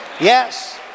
yes